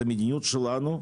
זו המדיניות שלנו.